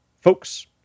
folks